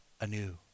anew